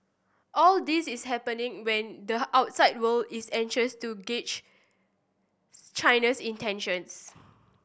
all this is happening when the outside world is anxious to gauge China's intentions